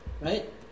right